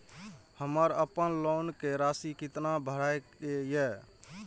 हमर अपन लोन के राशि कितना भराई के ये?